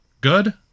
Good